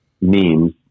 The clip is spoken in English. memes